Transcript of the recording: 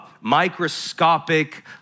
microscopic